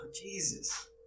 Jesus